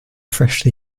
freshly